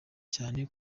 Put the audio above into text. cyane